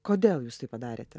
kodėl jūs taip padarėte